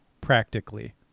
Practically